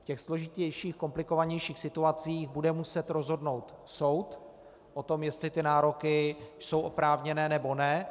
V těch složitějších, komplikovanějších situacích bude muset rozhodnout soud o tom, jestli ty nároky jsou oprávněné, nebo ne.